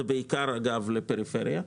והוא בעיקר לפריפריה ביניים,